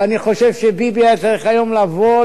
אבל אני חושב שביבי היה צריך היום לבוא,